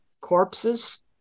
corpses